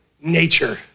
nature